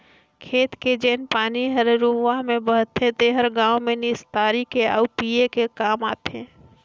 खेत के जेन पानी हर नरूवा में बहथे तेहर गांव में निस्तारी के आउ पिए के काम आथे